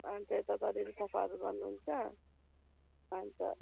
अन्त यता अलिअलि सफाहरू गर्नुहुन्छ अन्त